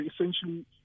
essentially